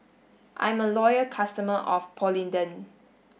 I'm a loyal customer of Polident